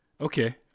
Okay